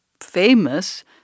famous